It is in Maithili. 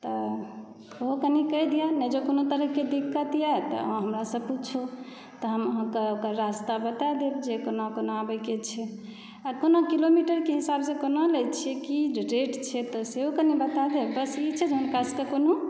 तऽ ओहो कनी कहि दिअ नहि जँ कोनो तरहके दिक्कत यऽ तऽ अहाँ हमरासँ पुछू तऽ हम अहाँकऽ ओकर रस्ता बता देब जे कोना कोना आबयके छै आ कोना किलोमीटरके हिसाबसँ कोना लै छियै की रेट छै तऽ सेहो कनी बता देब बस ई छै जे हुनका सभके कोनो